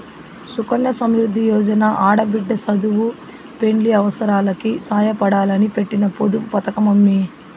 సుకన్య సమృద్ది యోజన ఆడబిడ్డ సదువు, పెండ్లి అవసారాలకి సాయపడాలని పెట్టిన పొదుపు పతకమమ్మీ